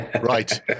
Right